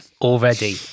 already